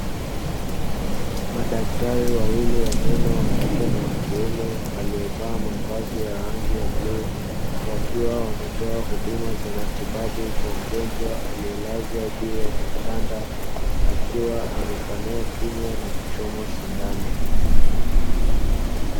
Madaktari wawili wa meno wakike na wa kiume waliovaa mavazi ya rangi ya bluu, wakiwa wanatoa huduma za matibabu kwa mgonjwa aliyelazwa juu ya kitanda akiwa apepanua kinywa na kuchomwa sindano.